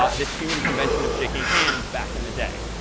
ah this human convention of shaking hands back in the day.